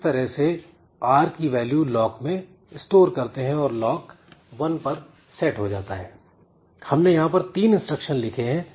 इस तरह से आर की वैल्यू लॉक में स्टोर करते हैं और लॉक 1 पर सेट हो जाता है हमने यहां पर तीन इंस्ट्रक्शन लिखे हैं